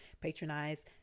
patronize